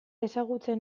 ezagutzen